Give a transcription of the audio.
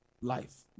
life